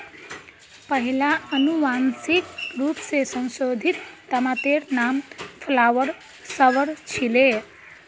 पहिला अनुवांशिक रूप स संशोधित तमातेर नाम फ्लावर सवर छीले